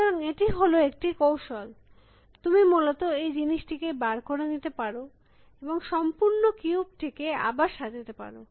সুতরাং এটি হল একটি কৌশল তুমি মূলত এই জিনিস টিকে বার করে নিতে পারো এবং সম্পূর্ণ কিউব টিকে আবার সাজাতে পারো